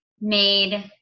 made